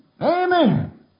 Amen